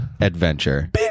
Adventure